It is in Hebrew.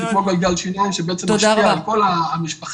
זה כמו גלגל שיניים שבעצם משפיע על כל המשפחה,